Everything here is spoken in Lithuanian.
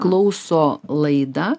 klauso laidą